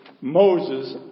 Moses